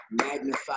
magnify